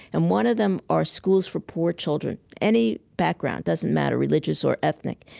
and one of them are schools for poor children. any background, doesn't matter, religious or ethnic.